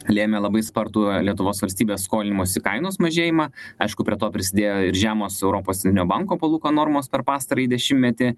lėmė labai spartų lietuvos valstybės skolinimosi kainos mažėjimą aišku prie to prisidėjo ir žemos europos centrinio banko palūkanų normos per pastarąjį dešimtmetį